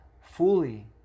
fully